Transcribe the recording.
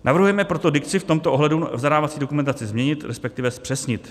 Navrhujeme proto dikci v tomto ohledu v zadávací dokumentaci změnit, resp. zpřesnit.